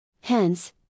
Hence